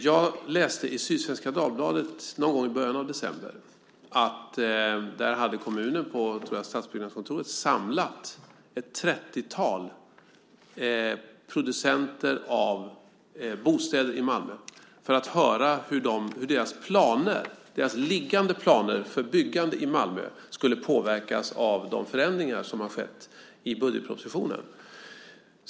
Jag läste i Sydsvenska Dagbladet någon gång i början av december att Malmö kommuns stadsbyggnadskontor hade samlat ett 30-tal producenter av bostäder för att höra hur deras liggande planer för byggande i Malmö skulle påverkas av de förändringar som har skett i budgetpropositionen.